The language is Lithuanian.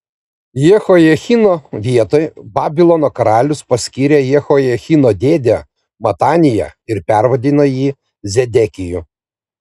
jehojachino vietoj babilono karalius paskyrė jehojachino dėdę mataniją ir pervardijo jį zedekiju